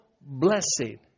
blessing